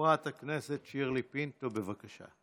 חברת הכנסת שירלי פינטו, בבקשה.